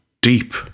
deep